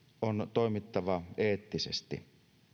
toimittava eettisesti on